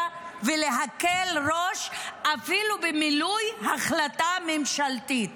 ולהקל ראש אפילו במילוי החלטה ממשלתית.